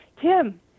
Tim